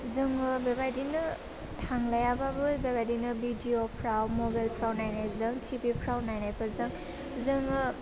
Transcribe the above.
जोङो बेबादिनो थांलायाबाबो बेबादिनो भिडिअफ्राव माबेलफ्राव नायनायजों टिभिफ्राव नायनायफोरजों जोङो